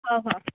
ହଁ ହଉ